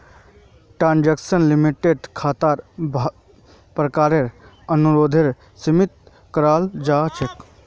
transaction लिमिटक खातार प्रकारेर अनुसारेर सीमित कराल जा छेक